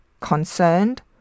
concerned